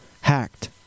Hacked